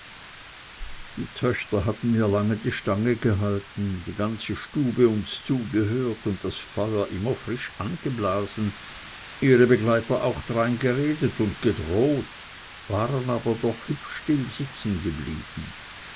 die töchter hatten mir lange die stange gehalten die ganze stube uns zugehört und das feuer immer frisch angeblasen ihre begleiter auch darein geredet und gedroht waren aber doch hübsch sitzen geblieben